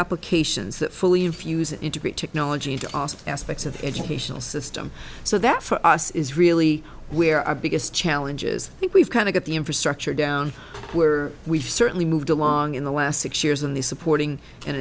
applications that fully infuse integrate technology into asked aspects of educational system so that for us is really where our biggest challenges think we've kind of got the infrastructure down where we've certainly moved along in the last six years in the supporting and